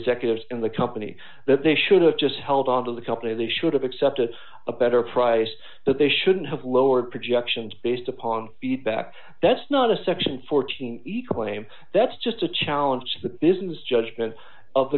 executives in the company that they should have just held on to the company they should have accepted a better price that they shouldn't have lowered projections based upon feedback that's not a section fourteen dollars he claims that's just a challenge the business judgment of